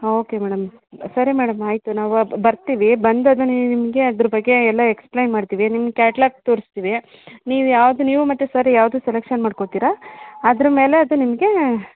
ಹಾಂ okay madam ಸರಿ madam ಆಯಿತು ನಾವು ಬರ್ತೀವಿ ಬಂದು ಅದು ನಿಮಗೆ ಅದ್ರ ಬಗ್ಗೆ ಎಲ್ಲ ಎಕ್ಸ್ಪ್ಲೇನ್ ಮಾಡ್ತೀವಿ ನಿಮ್ಮ ಕ್ಯಾಟ್ಲಾಗ್ ತೋರಿಸ್ತೀವಿ ನೀವು ಯಾವ್ದು ನೀವು ಮತ್ತು ಸರ್ ಯಾವುದು ಸೆಲೆಕ್ಷನ್ ಮಾಡ್ಕೋತೀರ ಅದ್ರ ಮೇಲೆ ಅದು ನಿಮ್ಗೆ